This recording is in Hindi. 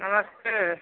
नमस्ते